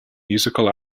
musical